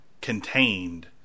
contained